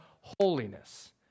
holiness